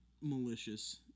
malicious